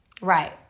Right